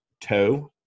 toe